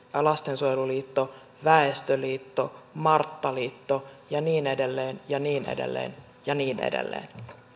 lastensuojeluliitto väestöliitto marttaliitto ja niin edelleen ja niin edelleen ja niin edelleen